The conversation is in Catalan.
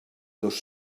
dos